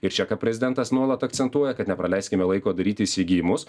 ir čia ką prezidentas nuolat akcentuoja kad nepraleiskime laiko daryti įsigijimus